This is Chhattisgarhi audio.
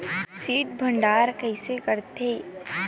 शीत भंडारण कइसे करथे?